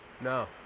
No